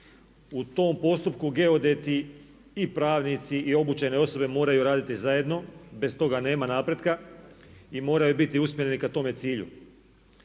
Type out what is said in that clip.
U tom postupku geodeti i pravnici i obučene osobe moraju raditi zajedno. Bez toga nema napretka i moraju biti usmjereni ka tome cilju.